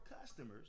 customers